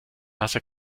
nasse